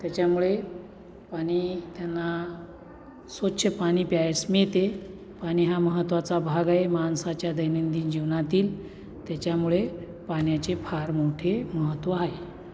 त्याच्यामुळे पाणी त्यांना स्वच्छ पाणी प्यायास मिळते पाणी हा महत्त्वाचा भाग आहे माणसाच्या दैनंदिन जीवनातील त्याच्यामुळे पाण्याचे फार मोठे महत्त्व आहे